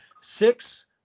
six